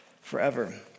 forever